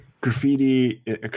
graffiti